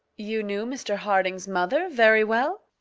you knew mr. harding's mother very well?